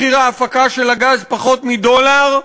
מחיר ההפקה של הגז פחות מדולר,